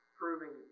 proving